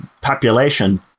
population